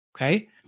Okay